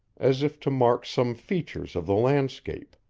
as if to mark some features of the landscape.